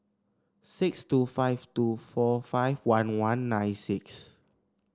six two five two four five one one nine six